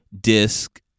disk